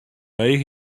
leech